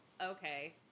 okay